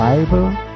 Bible